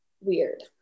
weird